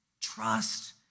Trust